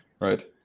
right